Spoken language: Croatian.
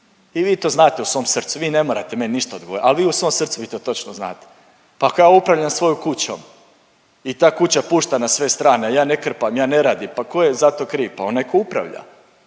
i vi to znate u svom srcu, vi ne morate meni ništa odgovorit, ali vi u svom srcu vi to točno znate. Pa ako ja upravljam svojom kućom i ta kuća pušta na sve strane, a ja ne krpam, ja ne radim, pa ko je za to kriv? Pa onaj ko upravlja,